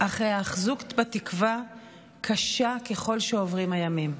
אך ההיאחזות בתקווה קשה ככל שעוברים הימים.